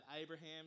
Abraham